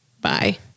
bye